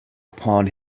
upon